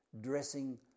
dressing